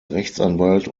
rechtsanwalt